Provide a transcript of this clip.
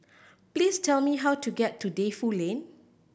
please tell me how to get to Defu Lane